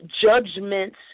judgments